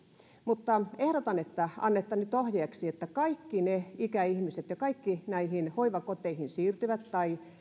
mutta ehdotan että annatte nyt ohjeeksi että kaikki ikäihmiset ja kaikki näihin hoivakoteihin siirtyvät tai